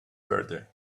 birthday